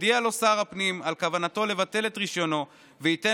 יודיע לו שר הפנים על כוונתו לבטל את רישיונו וייתן